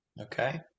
Okay